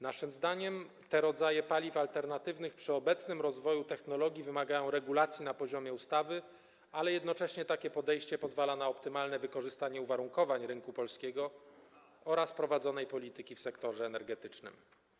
Naszym zdaniem te rodzaje paliw alternatywnych przy obecnym rozwoju technologii wymagają regulacji na poziomie ustawy, ale jednocześnie takie podejście pozwala na optymalne wykorzystanie uwarunkowań rynku polskiego oraz polityki prowadzonej w sektorze energetycznym.